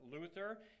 Luther